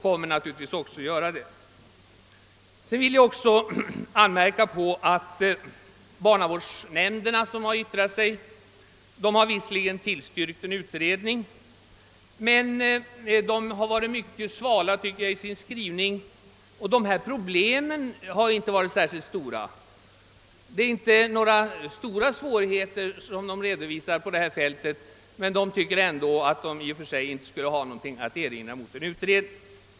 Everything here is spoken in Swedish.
Vidare vill jag peka på den mycket svala skrivningen från de barnavårdsnämnder som har yttrat sig i denna fråga, även om de har tillstyrkt en utredning. De problem barnavårdsnämnderna har haft att yttra sig om har inte varit särskilt stora och de har inte redovisat några större svårigheter på detta fält. Trots detta har de dock inte haft något att erinra mot en utredning.